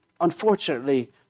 unfortunately